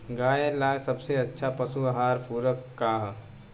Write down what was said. गाय ला सबसे अच्छा पशु आहार पूरक का बा?